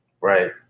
Right